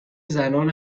زنان